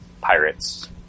pirates